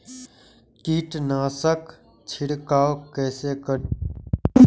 कीट नाशक छीरकाउ केसे करी?